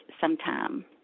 sometime